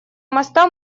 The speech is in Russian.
моста